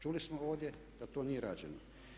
Čuli smo ovdje da to nije rađeno.